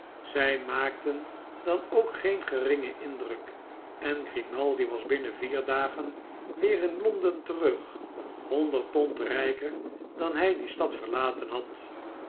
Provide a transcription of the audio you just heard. zij maakten dan ook geen geringen indruk en grimaldi was binnen vier dagen weer in l o n d e n terug honderd pond rijker dan hij die stad verlaten had